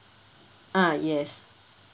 ah yes